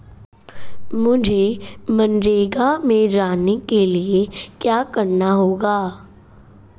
मुझे मनरेगा में जाने के लिए क्या करना होगा?